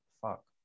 Fuck